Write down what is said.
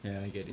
yeah I get it